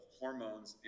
hormones